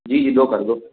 जी जी दो कर दो